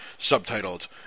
subtitled